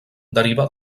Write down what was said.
deriva